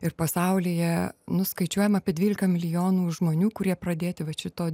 ir pasaulyje nu skaičiuojama apie dvylika milijonų žmonių kurie pradėti va šito